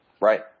Right